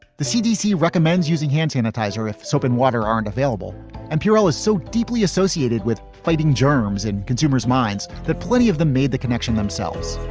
the cdc recommends using hand sanitizer if soap and water aren't available and pure oil is so deeply associated with fighting germs in consumers minds that plenty of them made the connection themselves.